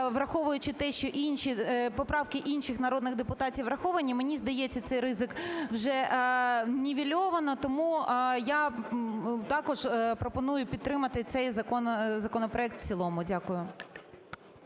враховуючи те, що поправки інших народних депутатів враховані, мені здається, цей ризик вже нівельовано, тому я також пропоную підтримати цей законопроект в цілому. Дякую.